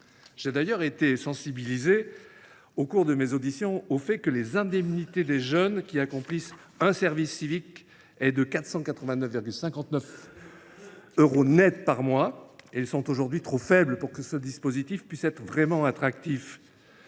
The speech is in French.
été d’ailleurs sensibilisé au cours de mes auditions au fait que les indemnités octroyées aux jeunes qui accomplissent un service civique, d’un montant de 489,59 euros net par mois, sont aujourd’hui trop faibles pour que le dispositif puisse être vraiment attractif.